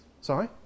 Sorry